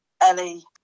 Ellie